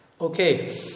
Okay